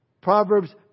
Proverbs